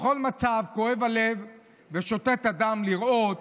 בכל מצב, כואב הלב ושותת הדם לראות